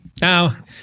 now